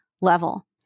level